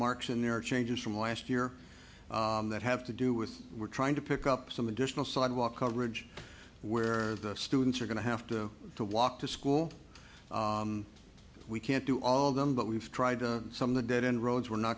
marks in there changes from last year that have to do with we're trying to pick up some additional sidewalk coverage where the students are going to have to to walk to school we can't do all of them but we've tried to some of the dead end roads we're not